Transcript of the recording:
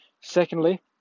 Secondly